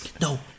No